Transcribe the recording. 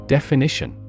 Definition